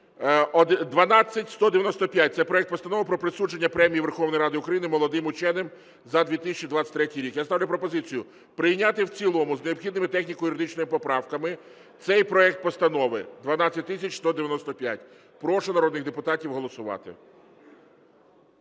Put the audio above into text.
12195. Це проект Постанови про присудження Премії Верховної Ради України молодим ученим за 2023 рік. Я ставлю пропозицію прийняти в цілому з необхідними техніко-юридичними поправками цей проект Постанови 12195. Прошу народних депутатів голосувати.